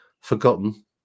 forgotten